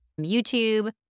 YouTube